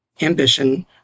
ambition